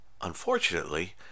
Unfortunately